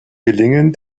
gelingen